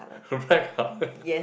where got